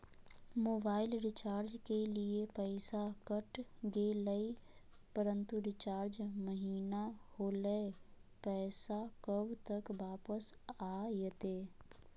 Mobile recharge के लिए पैसा कट गेलैय परंतु रिचार्ज महिना होलैय, पैसा कब तक वापस आयते?